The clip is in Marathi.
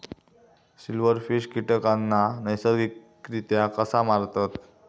सिल्व्हरफिश कीटकांना नैसर्गिकरित्या कसा मारतत?